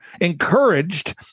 encouraged